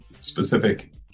specific